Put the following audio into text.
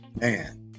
man